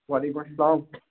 وعلیکُم السلام